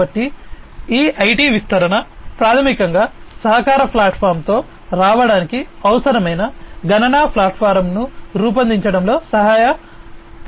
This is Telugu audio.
కాబట్టి ఈ ఐటి విస్తరణ ప్రాథమికంగా సహకార ప్లాట్ఫామ్తో రావడానికి అవసరమైన గణన ప్లాట్ఫారమ్ను రూపొందించడంలో సహాయపడింది